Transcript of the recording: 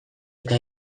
eta